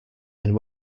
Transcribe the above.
and